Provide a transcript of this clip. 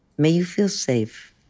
may you feel safe.